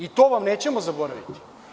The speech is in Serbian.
I to vam nećemo zaboraviti.